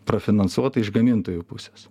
prafinansuota iš gamintojų pusės